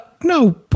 no